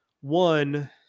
one